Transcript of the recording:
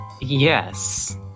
yes